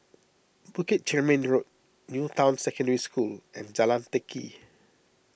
Bukit Chermin Road New Town Secondary School and Jalan Teck Kee